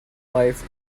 life